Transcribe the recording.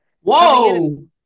Whoa